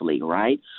right